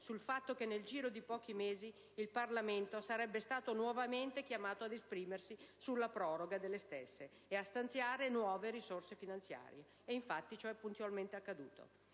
sul fatto che nel giro di pochi mesi il Parlamento sarebbe stato nuovamente chiamato ad esprimersi sulla loro proroga e a stanziare nuove risorse finanziarie. E infatti, ciò è puntualmente accaduto